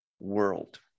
world